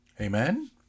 Amen